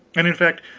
and, in fact,